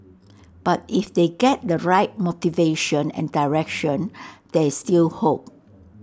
but if they get the right motivation and direction there's still hope